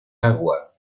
agua